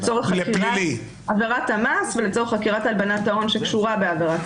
לצורך חקירת עבירת המס ולצורך חקירת הלבנת ההון שקשורה בעבירת המס.